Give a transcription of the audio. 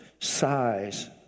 size